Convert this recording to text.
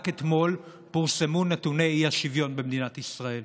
רק אתמול פורסמו נתוני האי-שוויון במדינת ישראל.